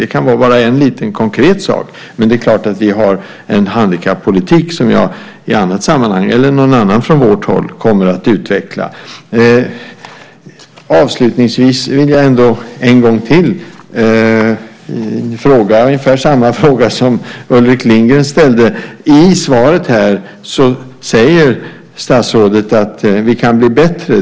Det kan vara en liten konkret sak. Men det är klart att vi har en handikappolitik som jag, eller någon annan från vårt håll, i annat sammanhang kommer att utveckla. Avslutningsvis vill jag ändå en gång till ställa ungefär samma fråga som Ulrik Lindgren ställde. I svaret så säger statsrådet att vi kan bli bättre.